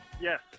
Yes